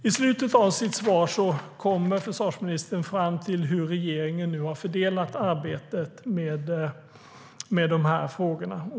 I slutet av sitt svar kom försvarsministern fram till hur regeringen har fördelat arbetet med dessa frågor.